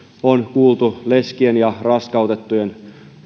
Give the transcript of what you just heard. on kuultu leskien ja raskautettujen